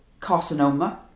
carcinoma